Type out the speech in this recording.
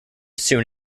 soon